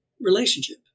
relationship